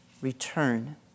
return